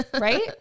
right